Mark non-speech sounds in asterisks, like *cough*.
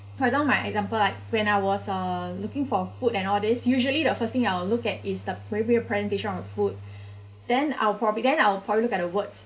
for example my example like when I was uh looking for food and all these usually the first thing I will look at is the presentation of the food *breath* then I'll prob~ then I'll probably by the words